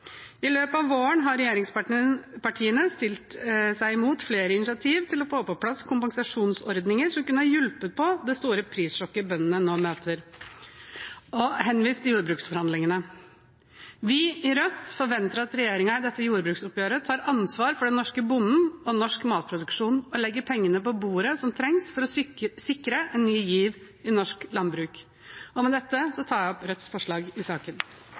I løpet av våren har regjeringspartiene stilt seg imot flere initiativer til å få på plass kompensasjonsordninger som kunne ha hjulpet på det store prissjokket bøndene nå møter, og henvist til jordbruksforhandlingene. Vi i Rødt forventer at regjeringen i dette jordbruksoppgjøret tar ansvar for den norske bonden og norsk matproduksjon og legger pengene som trengs, på bordet for å sikre en ny giv i norsk landbruk. Med det tar jeg opp Rødts forslag i saken.